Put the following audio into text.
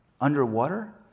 underwater